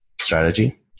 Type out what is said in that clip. strategy